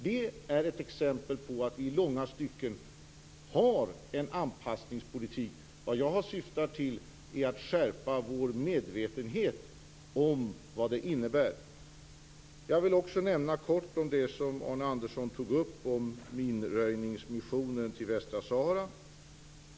Det är ett exempel på att vi i långa stycken har en anpassningspolitik. Vad jag syftar till är att skärpa vår medvetenhet om vad den innebär. Jag vill också kort nämna något om det som Arne Västsahara.